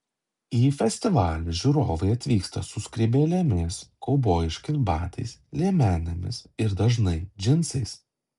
į festivalį žiūrovai atvyksta su skrybėlėmis kaubojiškais batais liemenėmis ir dažnai džinsais